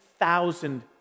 thousand